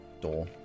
door